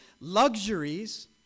luxuries